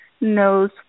knows